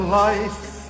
life